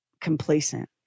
complacent